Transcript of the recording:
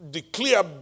Declare